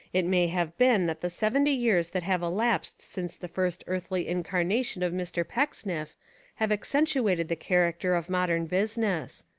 it may have been that the seventy years that have elapsed since the first earthly incarnation of mr. pecksniff have accentuated the character of modern busi ness.